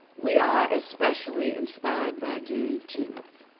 we are especially inspired by juneteenth